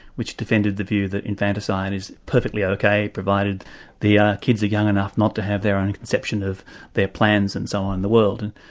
which defended the view that infanticide is perfectly ok provided the kids are young enough not to have their own conception of their plans and so on in the world.